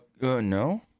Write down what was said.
No